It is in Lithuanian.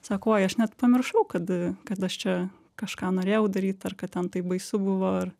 sako oi aš net pamiršau kad a kad aš čia kažką norėjau daryt ar kad ten taip baisu buvo ar